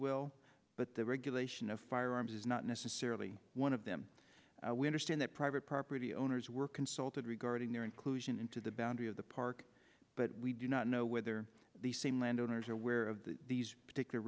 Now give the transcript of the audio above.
will but the regulation of firearms is not necessarily one of them when just in that private property owners were consulted regarding their inclusion into the boundary of the park but we do not know whether the same land owners are aware of these particular